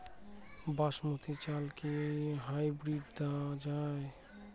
বাসমতী চালে কি হাইব্রিড দেওয়া য়ায়?